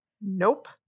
Nope